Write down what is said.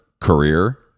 career